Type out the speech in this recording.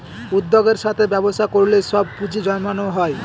উদ্যোগের সাথে ব্যবসা করলে সব পুজিঁ জমানো হয়